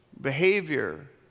behavior